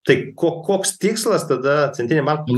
tai ko koks tikslas tada centriniam bankui